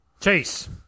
Chase